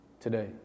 today